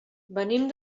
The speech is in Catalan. venim